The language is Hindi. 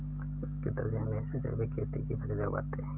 मेरे पिताजी हमेशा जैविक खेती की फसलें उगाते हैं